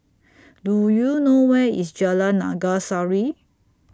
Do YOU know Where IS Jalan Naga Sari